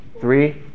three